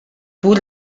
pur